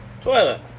toilet